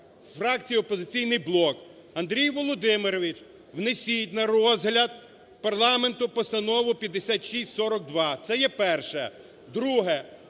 фракції "Опозиційний блок". Андрію Володимировичу, внесіть на розгляд парламенту Постанову 5642. Це є перше.